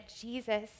Jesus